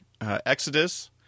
Exodus